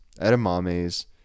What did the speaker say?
edamames